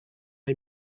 est